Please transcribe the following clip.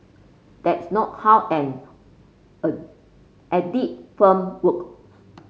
that's not how an a audit firm works